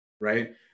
Right